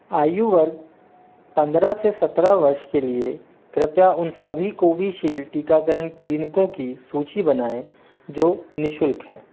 आयु वर्ग पंद्रह से सत्रह वर्ष के लिए कृपया उन सभी कोविशील्ड टीकाकरण क्लीनिकों की सूची बनाएँ जो नि शुल्क हैं